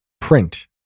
print